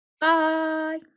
Bye